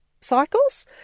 cycles